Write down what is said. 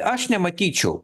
aš nematyčiau